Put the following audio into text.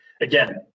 again